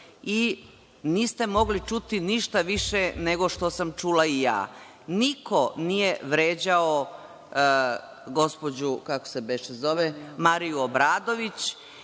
i niste mogli čuti ništa više nego što sam čula i ja. Niko nije vređao gospođu Mariju Obradović,